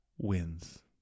wins